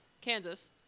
Kansas